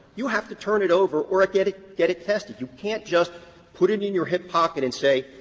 you have to turn it over or get it get it tested. you can't just put it in your hip pocket and say,